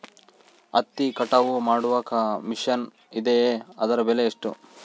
ಹತ್ತಿ ಕಟಾವು ಮಾಡುವ ಮಿಷನ್ ಇದೆಯೇ ಅದರ ಬೆಲೆ ಎಷ್ಟು?